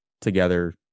together